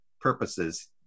purposes